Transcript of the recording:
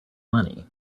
money